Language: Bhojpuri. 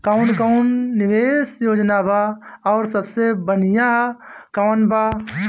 कवन कवन निवेस योजना बा और सबसे बनिहा कवन बा?